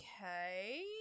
Okay